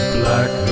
black